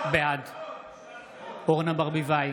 בעד אורנה ברביבאי,